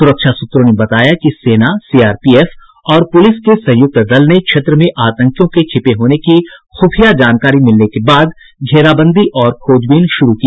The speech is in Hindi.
सुरक्षा सूत्रों ने बताया कि सेना सीआरपीएफ और पुलिस के संयुक्त दल ने क्षेत्र में आतंकियों के छिपे होने की खुफिया जानकारी मिलने के बाद घेराबंदी और खोजबीन शुरू की